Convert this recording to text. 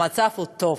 המצב הוא טוב.